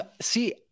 see